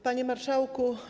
Panie Marszałku!